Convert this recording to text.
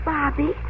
Bobby